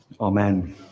Amen